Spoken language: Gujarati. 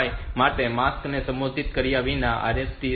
5 માટે માસ્ક ને સંશોધિત કર્યા વિના RST 6